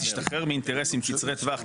תשתחרר מאינטרסים קצרי טווח,